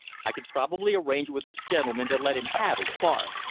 i can probably arrange with this gentleman to let him have his farm.